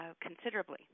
considerably